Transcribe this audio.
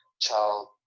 child